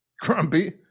Grumpy